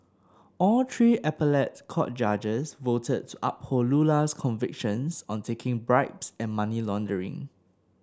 all three appellate court judges voted to uphold Lula's convictions on taking bribes and money laundering